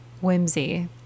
whimsy